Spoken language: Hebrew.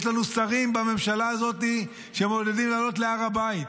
יש לנו שרים בממשלה הזאת שמעודדים לעלות להר הבית